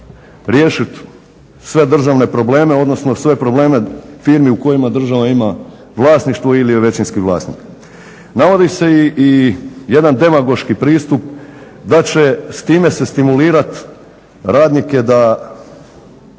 riješiti sve državne probleme, odnosno sve probleme firmi u kojima država ima vlasništvo ili je većinski vlasnik. Navodi se i jedan demagoški pristup da će s time se stimulirati radnike da